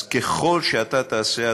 אז ככל שאתה תעשה,